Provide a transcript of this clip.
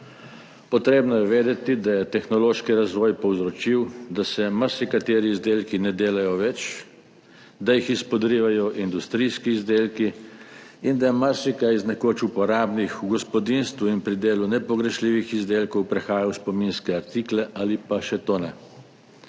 Vedeti je treba, da je tehnološki razvoj povzročil, da se marsikateri izdelki ne delajo več, da jih izpodrivajo industrijski izdelki in da marsikaj iz nekoč uporabnih, v gospodinjstvu in pri delu nepogrešljivih izdelkov, prehaja v spominske artikle ali pa še to ne.